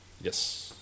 Yes